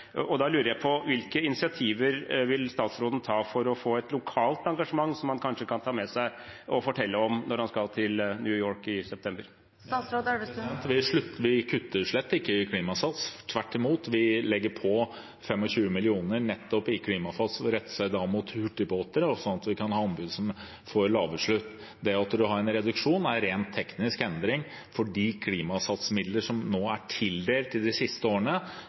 Da lurer jeg på hvilke initiativer statsråden vil ta for å få et lokalt engasjement som han kanskje kan ta med seg og fortelle om når han skal til New York i september? Vi kutter slett ikke i Klimasats. Tvert imot legger vi på 25 mill. kr nettopp til Klimasats, som retter seg mot hurtigbåter, slik at vi får anbud med krav til lavutslipp. Det at man har en reduksjon, er en rent teknisk endring, for de Klimasats-midlene som er tildelt de siste årene,